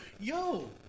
Yo